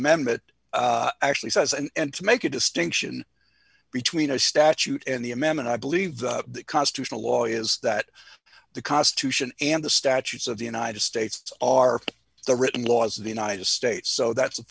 that actually says and to make a distinction between a statute and the amendment i believe that constitutional law is that the constitution and the statutes of the united states are the written laws of the united states so that's a